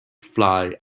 fly